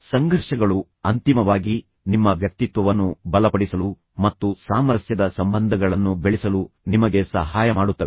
ಸಂಘರ್ಷಗಳು ಅಂತಿಮವಾಗಿ ನಿಮ್ಮ ವ್ಯಕ್ತಿತ್ವವನ್ನು ಬಲಪಡಿಸಲು ಗುಪ್ತ ಅವಕಾಶಗಳಾಗಿವೆ ಮತ್ತು ಸಂಘರ್ಷಗಳು ಸಾಮರಸ್ಯದ ಸಂಬಂಧಗಳನ್ನು ಬೆಳೆಸಲು ನಿಮಗೆ ಸಹಾಯ ಮಾಡುತ್ತವೆ